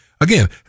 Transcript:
again